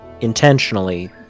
intentionally